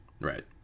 Right